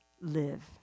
live